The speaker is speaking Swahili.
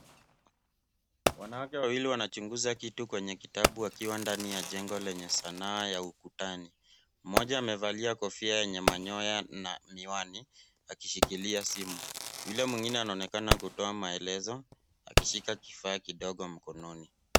Wanawake wawili wanachunguza kitu kwenye kitabu wakiwa ndani ya jengo lenye sanaa ya ukutani. Mmoja amevalia kofia yenye manyoya na miwani akishikilia simu. Yule mwingine anaonekana kutoa maelezo akishika kifaa kidogo mkononi.